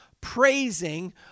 praising